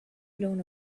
blown